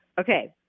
Okay